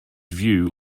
view